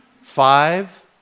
Five